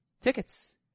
tickets